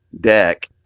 deck